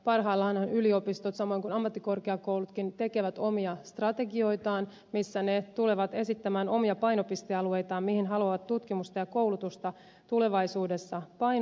parhaillaanhan yliopistot samoin kuin ammattikorkeakoulutkin tekevät omia strategioitaan missä ne tulevat esittämään omia painopistealueitaan mihin haluavat tutkimusta ja koulutusta tulevaisuudessa painottaa